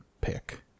pick